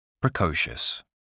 Precocious